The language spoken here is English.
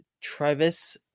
Travis